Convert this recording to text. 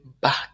back